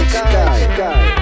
sky